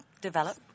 Develop